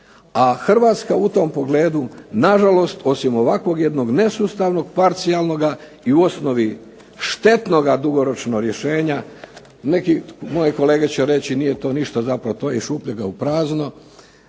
a Hrvatska u tom pogledu osim ovakvog jednog nesustavnog parcijalnoga i u osnovi štetnoga dugoročnog rješenja neki moji kolege će reći nije to ništa zapravo, to je iz šupljega u prazno,